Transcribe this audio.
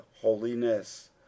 holiness